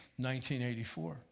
1984